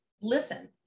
listen